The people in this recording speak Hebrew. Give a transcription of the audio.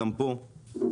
גם פה,